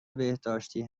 بهداشتی